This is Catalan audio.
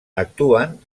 actuen